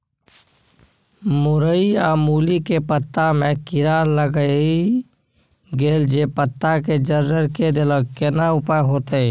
मूरई आ मूली के पत्ता में कीरा लाईग गेल जे पत्ता के जर्जर के देलक केना उपाय होतय?